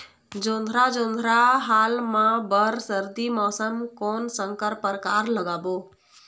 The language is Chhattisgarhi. जोंधरा जोन्धरा हाल मा बर सर्दी मौसम कोन संकर परकार लगाबो?